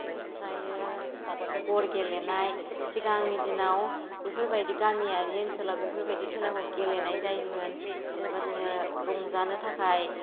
ओमफ्राय गर गेलेनाय सिगांनि दिनाव बेफोरबायदि गामियारि ओनसोलाव बेफोरबायदि खेलाखौ गेलेनाय जायोमोन जेनेबा जोङो रंजानो थाखाय